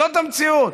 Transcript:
זו המציאות,